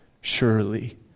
surely